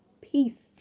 peace